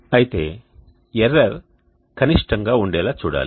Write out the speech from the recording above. అయితే ఎర్రర్ కనిష్టంగా ఉండేలా చూడాలి